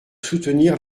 soutenir